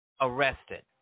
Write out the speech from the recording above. arrested